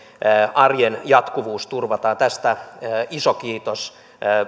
arjen jatkuvuus turvataan tästä iso kiitos